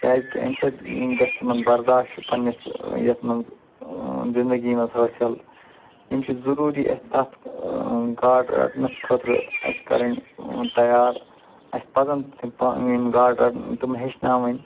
کیٛازِ کہِ اَمہِ سۭتۍ گژھِ تِمن برداش پنٕنِس یتھ منٛز زِنٛدگی منٛز حٲصِل یِم چھِ ضروٗری اَسہِ تتھ گاڈٕ رٹنس خٲطرٕ اَسہِ کَرٕنۍ تیار اَسہِ پَزن تِم پانہٕ یِم گاڈٕ رٹٕنۍ تِم ہیٚچھناوٕنۍ